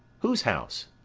whose house?